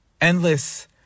endless